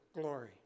glory